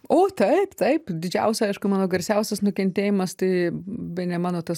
o taip taip didžiausia aišku mano garsiausias nukentėjimas tai bene mano tas